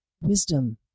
wisdom